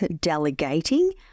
delegating